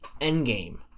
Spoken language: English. Endgame